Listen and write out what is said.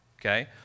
okay